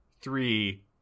three